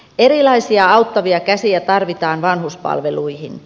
erilaisia auttavia käsiä tarvitaan vanhuspalveluihin